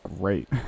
great